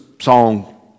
song